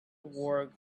wore